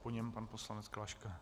Po něm pan poslanec Klaška.